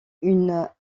une